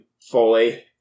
fully